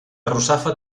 russafa